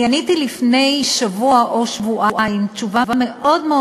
אני עניתי לפני שבוע או שבועיים תשובה מאוד מאוד